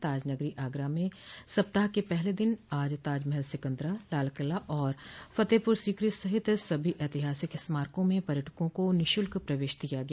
ताज नगरी आगरा में सप्ताह के पहले दिन आज ताजमहल सिकन्दरा लालकिला और फतेहपुर सीकरी सहित सभी ऐतिहासिक स्मारकों में पर्यटकों को निःशुल्क प्रवेश दिया गया